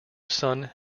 son